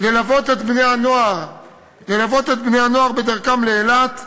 ללוות את בני-הנוער בדרכם לאילת,